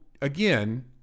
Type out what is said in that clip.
again